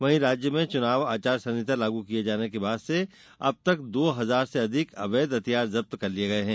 वहीं राज्य में चुनाव आचार संहिता लागू किये जाने के बाद से अब तक दो हजार से अधिक अवैध हथियार जब्त कर लिये गये हैं